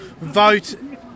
vote